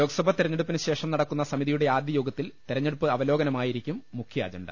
ലോക്സഭാ തെരഞ്ഞെടുപ്പിന് ശേഷം നടക്കുന്ന സമിതിയുടെ ആദ്യയോഗത്തിൽ തെരഞ്ഞെടുപ്പ് അവലോകനമായി രിക്കും മുഖ്യ അജണ്ട